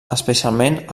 especialment